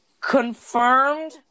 Confirmed